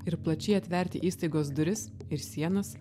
ir plačiai atverti įstaigos duris ir sienas